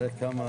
בשעה